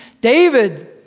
David